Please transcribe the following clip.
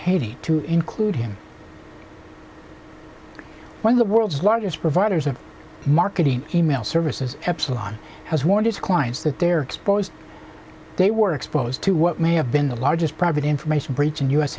haiti to include him one of the world's largest providers of marketing email services epsilon has warned its clients that they are exposed they were exposed to what may have been the largest private information breach in u